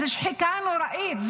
זו שחיקה נוראית.